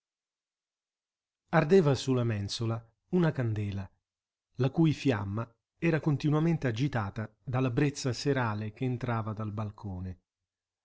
ardeva sulla mensola una candela la cui fiamma era continuamente agitata dalla brezza serale che entrava dal balcone